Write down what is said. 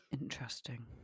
Interesting